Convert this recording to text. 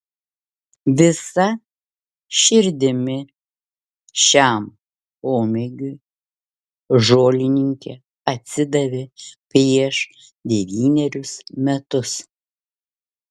visa širdimi šiam pomėgiui žolininkė atsidavė prieš devynerius metus